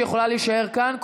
שיכולה להישאר כאן.